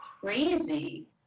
crazy